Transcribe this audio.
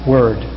Word